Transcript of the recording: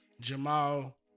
Jamal